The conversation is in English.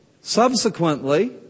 Subsequently